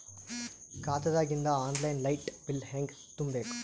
ಖಾತಾದಾಗಿಂದ online light bill ಹೇಂಗ ತುಂಬಾ ಬೇಕು?